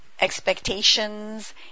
expectations